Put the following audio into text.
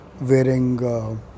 wearing